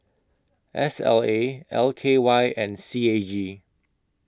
S L A L K Y and C A G